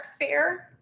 fair